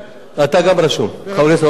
אתה גם רשום, חבר הכנסת הורוביץ.